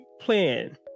plan